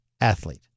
athlete